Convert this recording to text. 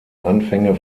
anfänge